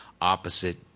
opposite